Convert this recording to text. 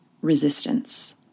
resistance